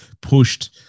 pushed